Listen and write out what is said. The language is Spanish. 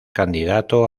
candidato